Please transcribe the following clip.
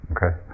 Okay